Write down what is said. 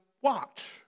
watch